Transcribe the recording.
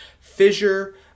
Fissure